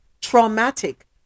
traumatic